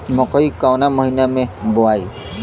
मकई कवना महीना मे बोआइ?